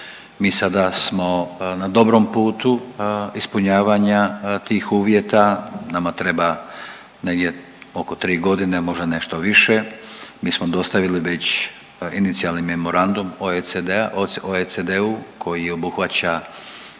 Mi sada smo na dobrom putu ispunjavanja tih uvjeta, nama treba negdje oko 3.g., možda nešto više, mi smo dostavili već inicijalni memorandum OECD-a, OECD-u koji obuhvaća